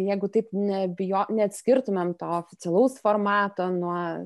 jeigu taip nebijo neatskirtumėm oficialaus formato nuo